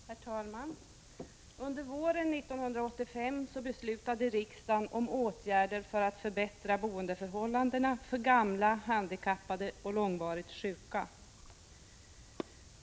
Herr talman! Under våren 1985 beslutade riksdagen om åtgärder för att förbättra boendeförhållandena för gamla, handikappade och långvarigt sjuka.